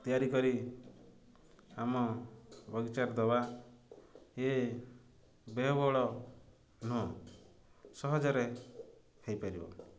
ତିଆରି କରି ଆମ ବଗିଚାରେ ଦେବା ଏ ବ୍ୟୟବହୁଳ ନୁହଁ ସହଜରେ ହେଇପାରିବ